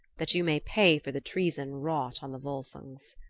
that you may pay for the treason wrought on the volsungs.